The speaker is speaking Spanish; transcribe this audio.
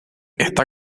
está